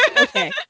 Okay